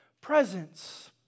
presence